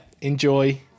enjoy